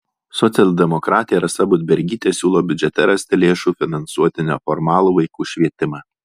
socialdemokratė rasa budbergytė siūlo biudžete rasti lėšų finansuoti neformalų vaikų švietimą